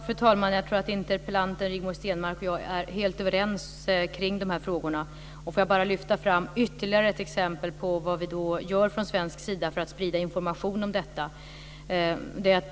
Fru talman! Jag tror att interpellanten Rigmor Stenmark och jag är helt överens kring dessa frågor. Får jag bara lyfta fram ytterligare ett exempel på vad vi gör från svensk sida för att sprida information om detta?